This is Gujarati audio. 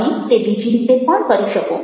તમે તે બીજી રીતે પણ કરી શકો